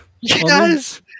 Yes